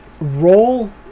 Roll